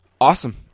Awesome